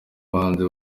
bahanzi